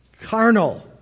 carnal